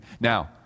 Now